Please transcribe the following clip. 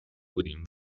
بودیم